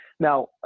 Now